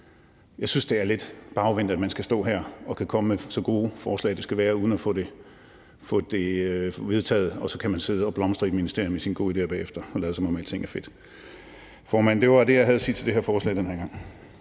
jeg synes, det er lidt bagvendt, at man skal stå her og kan komme med så gode forslag, det skal være, uden at få dem vedtaget, og så kan man sidde og blomstre i et ministerium med sine gode idéer bagefter og lade, som om alting er fedt. Formand, det var det, jeg havde at sige til det her forslag den her gang.